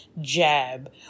jab